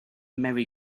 merry